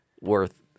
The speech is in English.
worth